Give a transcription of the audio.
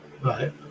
Right